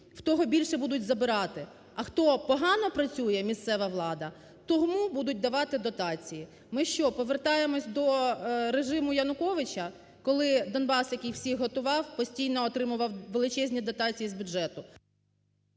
у того більше будуть забирати, а хто погано працює, місцева влада, тому будуть давати дотації. Ми що, повертаємось до режиму Януковича, коли Донбас, який всіх годував, постійно отримував величезні дотації з бюджету?